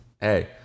hey